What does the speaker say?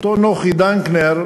אותו נוחי דנקנר,